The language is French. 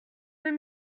deux